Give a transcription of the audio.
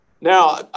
Now